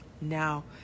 now